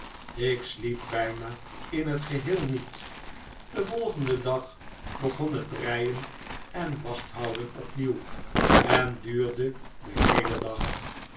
ik sliep bijna in het geheel niet den volgenden dag begon het breien en wachthouden opnieuw en duurde den heelen dag